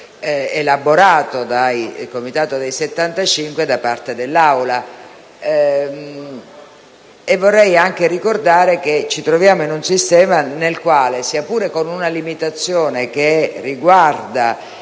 elaborato dalla Commissione dei 75 da parte dell'Aula. Vorrei anche ricordare che ci troviamo in un sistema nel quale, sia pure con una limitazione che riguarda